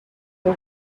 are